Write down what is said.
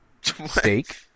steak